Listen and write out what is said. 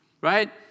Right